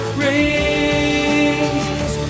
rings